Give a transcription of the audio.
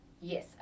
Yes